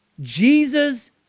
Jesus